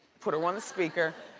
put her on the speaker,